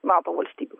nato valstybių